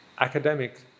academic